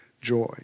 joy